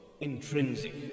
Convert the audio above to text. Intrinsic